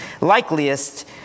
likeliest